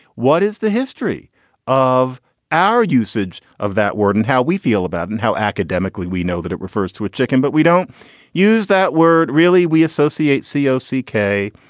what is the history of our usage of that word and how we feel about and how academically we know that it refers to a chicken, but we don't use that word really. we associate seo's s k.